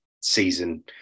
season